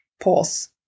pause